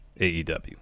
AEW